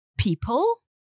People